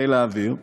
בחיל האוויר,